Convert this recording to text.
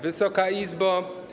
Wysoka Izbo!